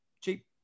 cheap